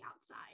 outside